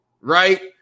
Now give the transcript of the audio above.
right